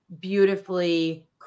beautifully